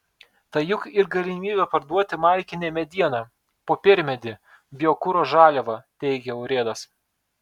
tai juk ir galimybė parduoti malkinę medieną popiermedį biokuro žaliavą teigė urėdas